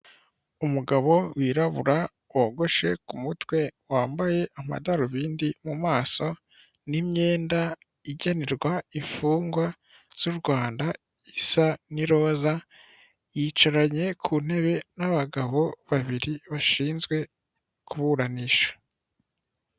Umugabo wirabura wogoshe ku mutwe wambaye amadarubindi mu maso, n'imyenda igenerwa imfungwa z'u Rwanda isa n'iroza yicaranye ku ntebe n'abagabo babiri bashinzwe kuburanisha.